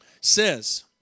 says